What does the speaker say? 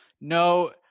no